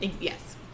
Yes